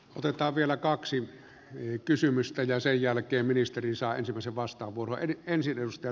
otetaan vielä kaksi kysymystä ja sen jälkeen ministeri saa ensimmäisen vastausvuoron